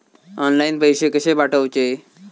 Online पैसे कशे पाठवचे?